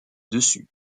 dessus